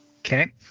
Okay